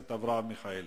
אברהם מיכאלי.